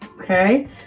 Okay